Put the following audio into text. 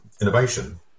innovation